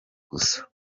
gusara